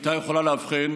היא הייתה יכולה לאבחן.